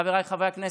חבריי חברי הכנסת?